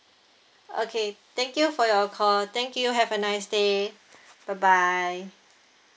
okay thank you for your call thank you have a nice day bye bye